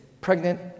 pregnant